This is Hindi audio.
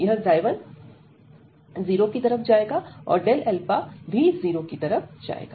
यह 1→ 0 जाएगा और → 0 जाएगा